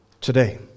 Today